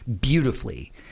beautifully